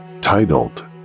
titled